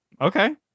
okay